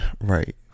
right